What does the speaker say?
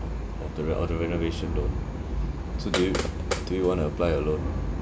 of the re~ of the renovation loan so do you do you want to apply a loan